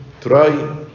try